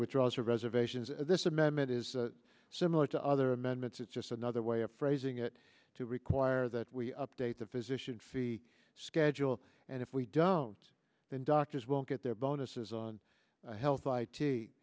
withdrawal reservations and this amendment is similar to other amendments it's just another way of phrasing it to require that we update the physician fee schedule and if we don't then doctors won't get their bonuses on health i